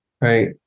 Right